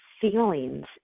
feelings